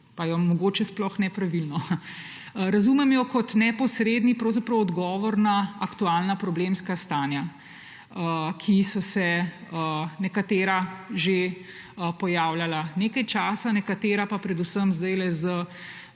pa je mogoče sploh ne pravilno. Razumem jo kot neposredni odgovor na aktualna problemska stanja, ki so se nekatera že pojavljala nekaj časa, nekatera pa predvsem zdajle z